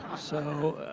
so